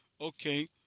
okay